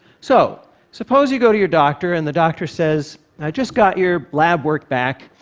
so suppose you go to your doctor and the doctor says, i just got your lab work back,